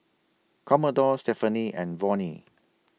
Commodore Stephaine and Vonnie